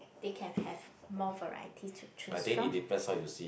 they can have more variety to choose from